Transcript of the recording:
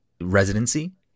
residency